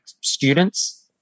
students